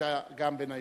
היתה גם היא בין היוזמים.